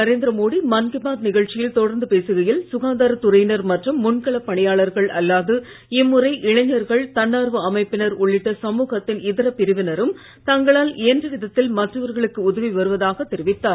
நரேந்திர மோடி மன் கி பாத் நிகழ்ச்சியில் தொடர்ந்து பேசுகையில் சுகாதாரத் துறையினர் மற்றும் முன்களப் பணியாளர்கள் அல்லாது இம்முறை இளைஞர்கள் தன்னார்வ அமைப்பினர் உள்ளிட்ட சமூகத்தின் இதர பிரிவினரும் தங்களால் இயன்ற விதத்தில் மற்றவர்களுக்கு உதவி வருவதாகத் தெரிவித்தார்